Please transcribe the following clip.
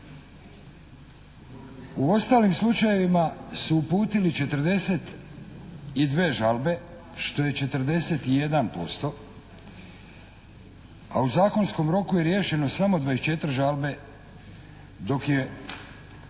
U ostalim slučajevima su uputili 42 žalbe što je 41% a u zakonskom roku je riješeno samo 24 žalbe dok je